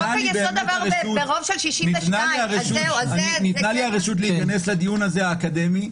חוק-היסוד עבר ברוב של 62. ניתנה לי הרשות להיכנס לדיון הזה האקדמי,